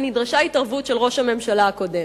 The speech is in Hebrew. ונדרשה התערבות של ראש הממשלה הקודם.